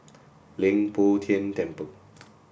Leng Poh Tian Temple